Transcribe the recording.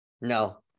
No